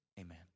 amen